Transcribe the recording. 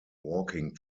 walking